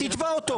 תתבע אותו.